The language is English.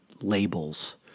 labels